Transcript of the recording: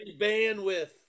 bandwidth